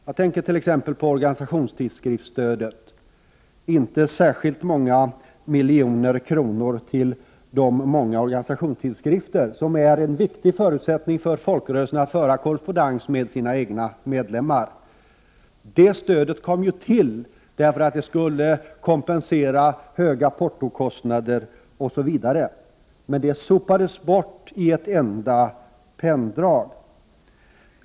Jag tänker t.ex. på organisationstidskriftsstödet. Det gavs inte särskilt många miljoner till de organisationstidskrifterna. Dessa är en viktig förutsättning för folkrörelserna när det gäller att föra korrespondens med medlemmarna. Det stödet kom ju till för att kompensera bl.a. höga portokostnader. Men det sopades bort genom ett enda penndrag!